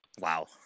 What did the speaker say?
Wow